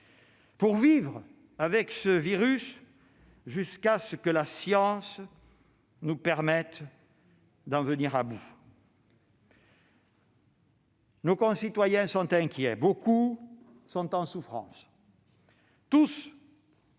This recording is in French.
pour vivre avec ce virus jusqu'à ce que la science nous permette d'en venir à bout. Nos concitoyens sont inquiets, beaucoup sont en souffrance. Tous sont concernés